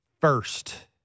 first